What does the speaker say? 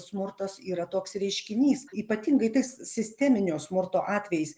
smurtas yra toks reiškinys ypatingai tais sisteminio smurto atvejais